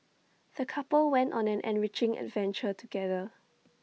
the couple went on an enriching adventure together